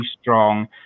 strong